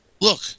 Look